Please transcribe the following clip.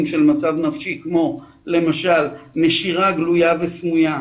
של מצב נפשי כמו למשל נשירה גלויה וסמויה,